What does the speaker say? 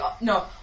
no